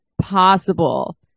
possible